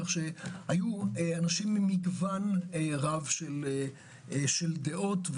כך שהיו אנשים ממגוון רב של דעות,